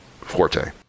forte